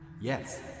Yes